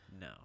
No